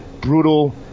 brutal